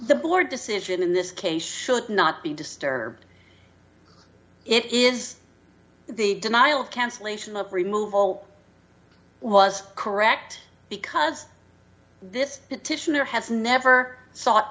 the board's decision in this case should not be disturbed it is the denial cancellation of remove all was correct because this tissue there has never sought